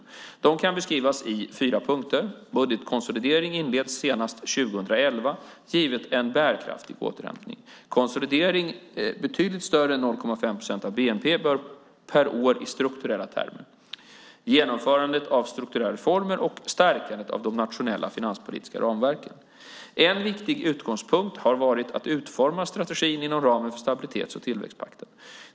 Dessa principer kan beskrivas i fyra punkter: budgetkonsolidering inleds senast 2011, givet en bärkraftig återhämtning konsolidering betydligt större än 0,5 procent av bnp per år i strukturella termer genomförande av strukturella reformer stärkande av nationella finanspolitiska ramverk. En viktig utgångspunkt har varit att utforma strategin inom ramen för stabilitets och tillväxtpakten.